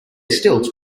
stilts